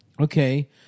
Okay